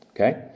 Okay